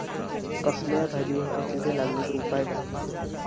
कसल्याय भाजायेंका किडे लागले तर उपाय काय?